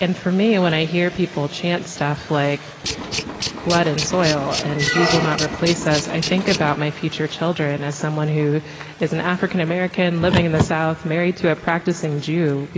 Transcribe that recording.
and for me, when i hear people chant stuff like blood and soil and jews will not replace us, i think about my future children, as someone who is an african american, living in the south, married to a practicing jew